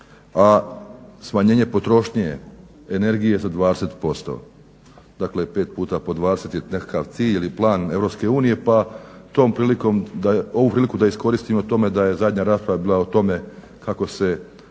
a smanjenje potrošnje energije za 20%, dakle 5 puta po 20 je nekakva cilj ili plan EU pa tom prilikom iskoristim o tome da je zadnja rasprava bila o tome kako se